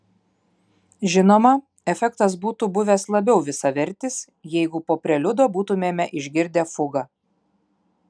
žinoma efektas būtų buvęs labiau visavertis jeigu po preliudo būtumėme išgirdę fugą